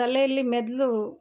ತಲೆಯಲ್ಲಿ ಮೆದ್ಳು